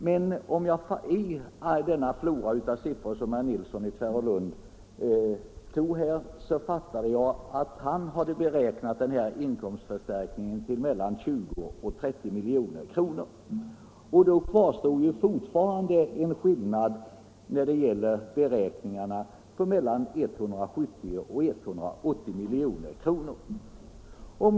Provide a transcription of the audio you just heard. Men av den flora av siffror som herr Nilsson i Tvärålund förde fram fick jag uppfattningen att han hade beräknat inkomstförstärkningen till mellan 20 och 30 milj.kr., och då kvarstår ju fortfarande en skillnad när det gäller beräkningarna på mellan 170 och 180 milj.kr.